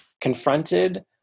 confronted